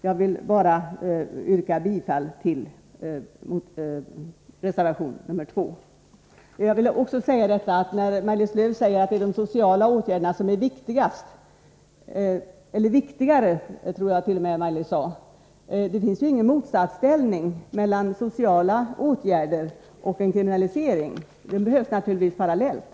Jag vill bara yrka bifall till reservation nr 2. Maj-Lis Lööw sade att de sociala åtgärderna är viktigare. Men det finns ingen motsatsställning mellan sociala åtgärder och en kriminalisering. Det är insatser som naturligtvis behöver göras parallellt.